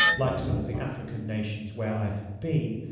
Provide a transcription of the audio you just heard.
like some of the african nations where i had been,